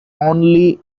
only